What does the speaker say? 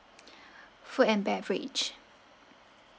food and beverage